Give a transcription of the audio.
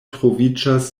troviĝas